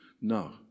No